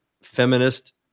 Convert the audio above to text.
feminist